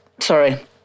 sorry